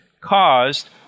caused